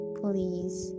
please